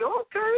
okay